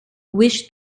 wished